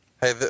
Hey